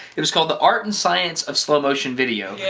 it was called the art and science of slow motion video. yeah